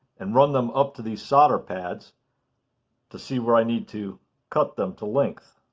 and run them up to these solder pads to see where i need to cut them to length.